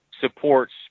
supports